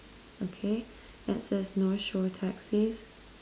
okay it says north shore taxis